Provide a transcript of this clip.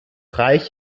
reich